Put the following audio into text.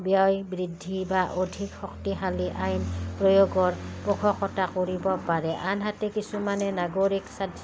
ব্যয় বৃদ্ধি বা অধিক শক্তিশালী আইন প্ৰয়োগৰ পোষকতা কৰিব পাৰে আনহাতে কিছুমানে নাগৰিক